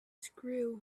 screw